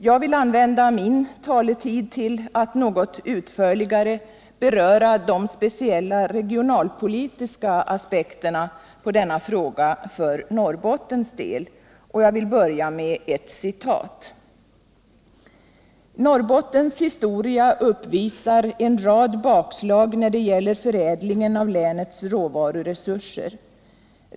Jag vill använda min taletid till att något utförligare beröra de speciella regionalpolitiska aspekterna på denna fråga för Norrbottens del. Och jag vill börja med ett citat. ”Norrbottens historia uppvisar en rad bakslag när det gäller förädlingen av länets råvaruresurser.